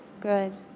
good